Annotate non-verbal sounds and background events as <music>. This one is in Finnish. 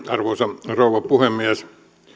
<unintelligible> arvoisa rouva puhemies